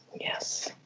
Yes